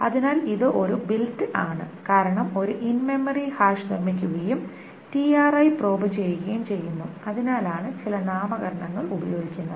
അതിനാൽ ഇത് ഒരു ബിൽറ്റ് ആണ് കാരണം ഒരു ഇൻ മെമ്മറി ഹാഷ് നിർമ്മിക്കുകയും tri പ്രോബ് ചെയ്യുകയും ചെയ്യുന്നു അതിനാലാണ് ചില നാമകരണങ്ങൾ ഉപയോഗിക്കുന്നത്